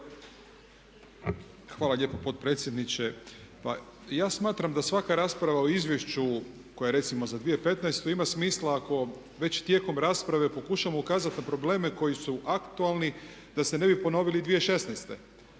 Hvala lijepo potpredsjedniče. Pa ja smatram da svaka rasprava o izvješću koje je recimo za 2015.ima smisla ako već tijekom rasprave pokušamo ukazati na probleme koji su aktualni da se ne bi ponovili 2016.a